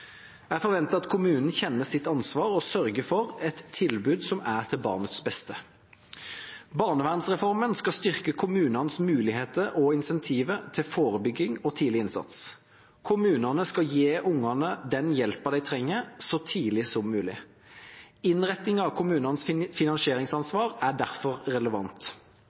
Jeg forventer at kommunene kjenner sitt ansvar og sørger for et tilbud som er til barnets beste. Barnevernsreformen skal styrke kommunenes muligheter og incentiver til forebygging og tidlig innsats. Kommunene skal gi ungene den hjelpen de trenger, så tidlig som mulig. Innrettingen av kommunenes finansieringsansvar er derfor relevant.